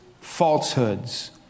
falsehoods